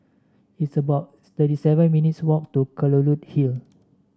it's about thirty seven minutes' walk to Kelulut Hill